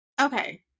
Okay